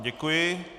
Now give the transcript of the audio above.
Děkuji.